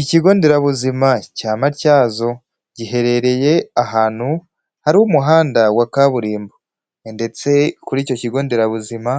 Ikigo nderabuzima cya Matyazo, giherereye ahantu hari umuhanda wa kaburimbo ndetse kuri icyo kigo nderabuzima,